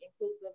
inclusive